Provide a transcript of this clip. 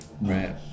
Right